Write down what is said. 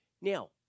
Now